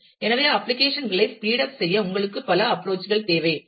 எனவே அப்ளிகேஷன் களை speed up செய்ய உங்களுக்கு பல அப்ரோச் கள் தேவை